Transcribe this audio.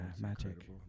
Magic